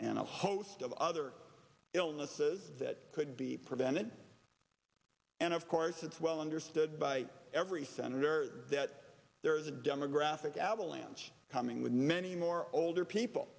a host of other illnesses that could be prevented and of course it's well understood by every senator that there is a demographic avalanche coming with many more older people